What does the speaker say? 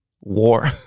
War